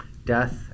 Death